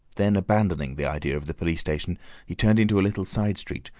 then abandoning the idea of the police station he turned into a little side street,